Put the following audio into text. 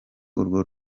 urwo